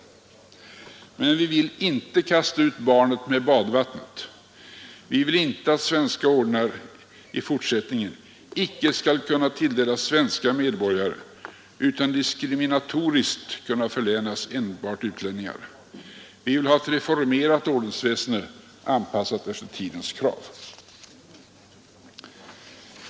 Men vi vill inte kasta ut barnet med badvattnet. Vi vill inte att svenska ordnar i fortsättningen icke skall kunna tilldelas svenska medborgare utan diskriminatoriskt kunna förlänas enbart utlänningar. Vi vill har ett reformerat ordensväsende anpassat efter tidens krav.